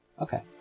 Okay